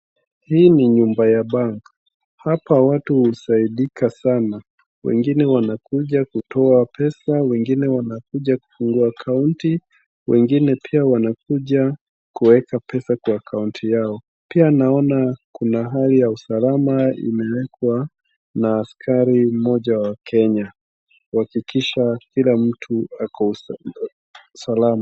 Hii ni nyumba ya banki . Hapa watu husaidika sana. Wengine wanakuja kutoa pesa, wengine wanakuja kufungua akaunti . Wengine pia wanakuja kuweka pesa kwa akaunti yao. Pia naona kuna hali ya usalama imewekwa na askari mmoja wa Kenya, kuhakikisha kila mtu ako salama.